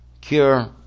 cure